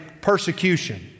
persecution